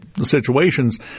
situations